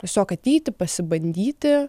tiesiog ateiti pasibandyti